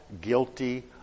guilty